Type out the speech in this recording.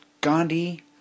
Gandhi